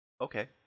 Okay